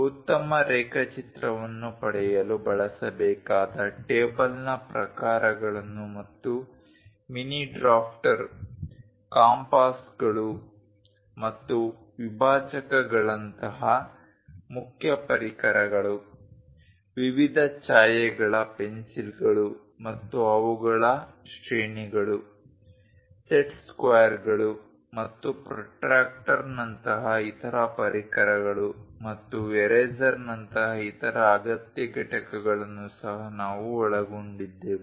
ಉತ್ತಮ ರೇಖಾಚಿತ್ರವನ್ನು ಪಡೆಯಲು ಬಳಸಬೇಕಾದ ಟೇಬಲ್ನ ಪ್ರಕಾರಗಳನ್ನು ಮತ್ತು ಮಿನಿ ಡ್ರಾಫ್ಟರ್ ಕಾಂಪಾಸ್ಗಳು ಮತ್ತು ವಿಭಾಜಕಗಳಂತಹ ಮುಖ್ಯ ಪರಿಕರಗಳು ವಿವಿಧ ಛಾಯೆಗಳ ಪೆನ್ಸಿಲ್ಗಳು ಮತ್ತು ಅವುಗಳ ಶ್ರೇಣಿಗಳು ಸೆಟ್ ಸ್ಕ್ವೇರ್ಗಳು ಮತ್ತು ಪ್ರೊಟ್ರಾಕ್ಟರ್ನಂತಹ ಇತರ ಪರಿಕರಗಳು ಮತ್ತು ಎರೇಸರ್ ನಂತಹ ಇತರ ಅಗತ್ಯ ಘಟಕಗಳನ್ನು ಸಹ ನಾವು ಒಳಗೊಂಡಿದ್ದೆವು